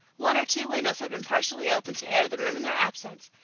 one or two windows had been partially opened to air the room in their absence,